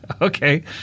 okay